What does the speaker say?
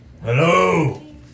hello